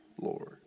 Lord